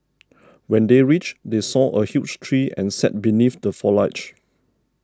when they reached they saw a huge tree and sat beneath the foliage